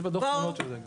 יש בדוח תלונות על זה גם.